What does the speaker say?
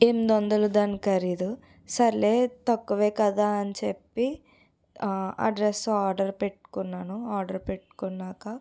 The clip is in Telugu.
ఎనిమిది వందలు దాని ఖరీదు సర్లే తక్కువే కదా అని చెప్పి ఆ డ్రస్ ఆర్డర్ పెట్టుకున్నాను ఆర్డర్ పెట్టుకున్నాకా